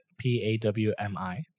P-A-W-M-I